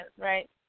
right